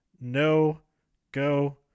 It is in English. no-go